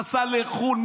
נסע לחו"ל,